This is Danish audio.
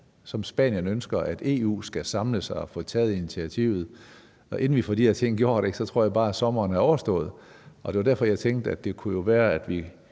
som Spanien ønsker, samler sig og får taget initiativet, så tror jeg bare, at inden vi får de her ting gjort, er sommeren er overstået, og det var derfor, jeg tænkte, at det jo kunne være, at vi